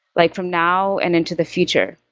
like from now and into the future.